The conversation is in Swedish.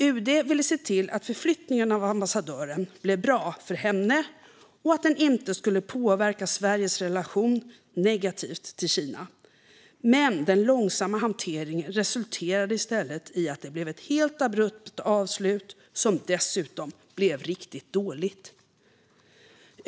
UD ville se till att förflyttningen av ambassadören skulle bli bra för henne och att den inte skulle påverka Sveriges relation till Kina negativt, men den långsamma hanteringen resulterade i stället i att det blev ett helt abrupt avslut som dessutom blev riktigt dåligt.